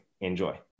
enjoy